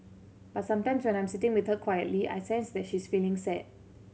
but sometimes when I am sitting with her quietly I sense that she is feeling sad